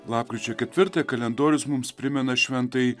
lapkričio ketvirtą kalendorius mums primena šventąjį